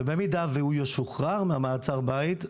ובמידה והוא ישוחרר ממעצר הבית,